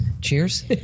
cheers